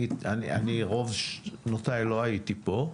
רוב שנותיי לא הייתי פה,